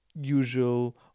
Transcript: usual